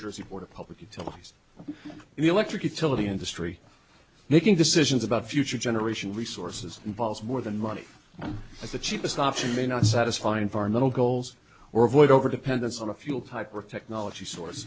jersey board of public utilities the electric utility industry making decisions about future generation resources involves more than money is the cheapest option may not satisfy environmental goals or avoid over dependence on a fuel pipework technology source